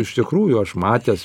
iš tikrųjų aš matęs